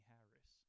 Harris